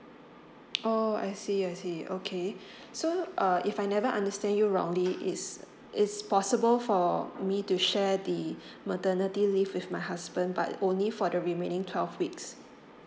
oh I see I see okay so uh if I never understand you wrongly it's it's possible for me to share the maternity leave with my husband but only for the remaining twelve weeks